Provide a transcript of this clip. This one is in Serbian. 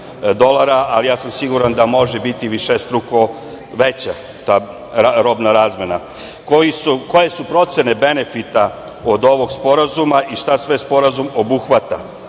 a ja sam siguran da može biti višestruko veća ta robna razmena. Koje su procene benefita od ovog sporazuma i šta sve sporazum obuhvata?